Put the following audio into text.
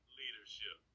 leadership